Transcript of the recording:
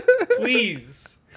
Please